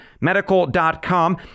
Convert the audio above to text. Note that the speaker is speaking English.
medical.com